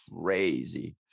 crazy